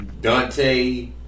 Dante